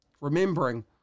Remembering